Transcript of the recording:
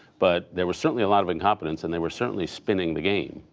but there was certainly a lot of incompetence, and they were certainly spinning the game.